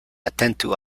atentu